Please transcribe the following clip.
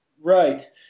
Right